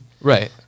right